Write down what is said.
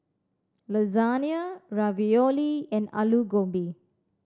Lasagna Ravioli and Alu Gobi